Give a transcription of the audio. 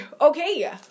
Okay